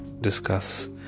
discuss